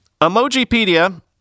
Emojipedia